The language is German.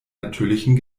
natürlichen